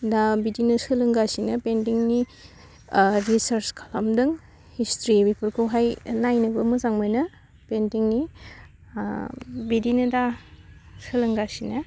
दा बिदिनो सोलोंगासिनो पेइन्टिंनि आह रिचार्स खालामदों हिसट्रि बेफोरखौहाय नायनोबो मोजां मोनो पेइन्टिंनि आह बिदिनो दा सोलोंगासिनो